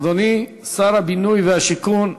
אדוני שר הבינוי והשיכון,